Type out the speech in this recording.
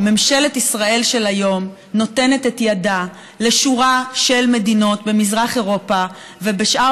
ממשלת ישראל של היום נותנת את ידה לשורה של מדינות במזרח אירופה ובשאר